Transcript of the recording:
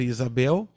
Isabel